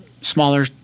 smaller